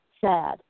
Sad